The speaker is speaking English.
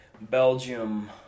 Belgium